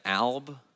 alb